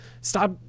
stop